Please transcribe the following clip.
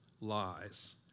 lies